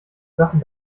sachen